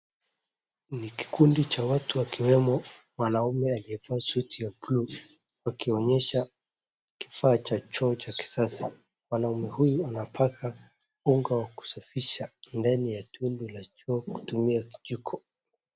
Ni kikundi cha watu akiwemo mwanaume aliyevaa suti ya buluu akionyesha kifaa cha choo cha kisasa. Mwanaume huyu anapaka unga wa kusafisha ndani ya tundu la choo kutumia kijiko.